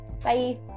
Bye